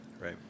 Right